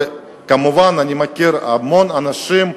וכמובן אני מכיר המון אנשים,